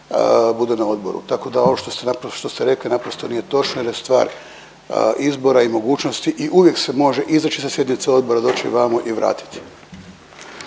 ste .../nerazumljivo/... što ste rekli naprosto nije točno jer je stvar izbora i mogućnosti i uvijek se može izaći sa sjednice odbora, doći vamo i vratiti.